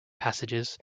passages